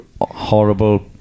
horrible